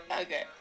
Okay